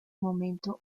momento